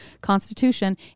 constitution